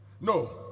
no